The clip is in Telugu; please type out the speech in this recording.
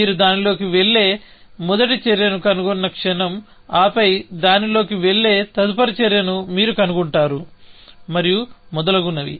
మీరు దానిలోకి వెళ్ళే మొదటి చర్యను కనుగొన్న క్షణం ఆపై దానిలోకి వెళ్ళే తదుపరి చర్యను మీరు కనుగొంటారు మరియు మొదలగునవి